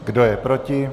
Kdo je proti?